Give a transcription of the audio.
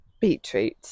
beetroot